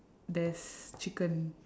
there's chicken